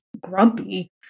grumpy